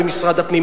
במשרד הפנים.